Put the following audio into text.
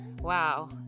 wow